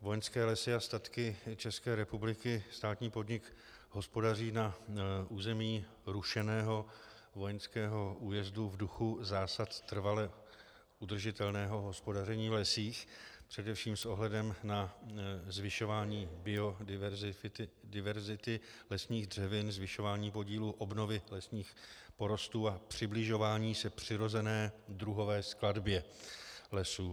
Vojenské lesy a statky České republiky, státní podnik, hospodaří na území rušeného vojenského újezdu v duchu zásad trvale udržitelného hospodaření v lesích, především s ohledem na zvyšování biodiverzity lesních dřevin, zvyšování podílu obnovy lesních porostů a přibližování se přirozené druhové skladbě lesů.